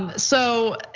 um so,